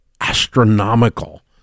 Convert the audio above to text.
astronomical